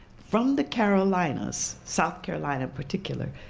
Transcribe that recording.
from the carolinas, south carolina particular,